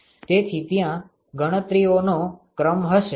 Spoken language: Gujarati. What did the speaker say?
તેથી ત્યાં ગણતરીઓનો ક્રમ હશે